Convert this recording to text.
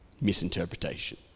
misinterpretation